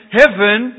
heaven